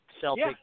Celtic